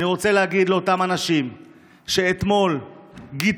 אני רוצה להגיד לאותם אנשים שאתמול גידפו